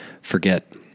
forget